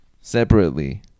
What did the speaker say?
separately